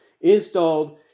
installed